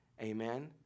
Amen